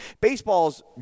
baseball's